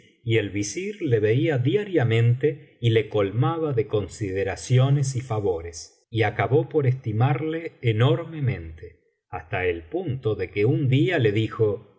y el visir le veía diariamente y le colmaba de consideraciones y favores y acabó por estimarle enormemente hasta el punto de que un día le dijo